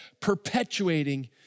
perpetuating